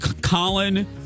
Colin